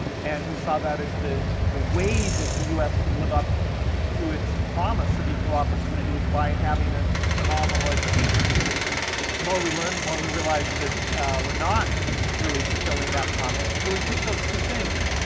and we saw that as the the way that the u s. could live up to its promise of equal opportunity is by having a phenomenal education system, and the more we learned, the more we realized we're not really fulfilling that promise. and so we picked those two things,